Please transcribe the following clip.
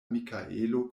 mikaelo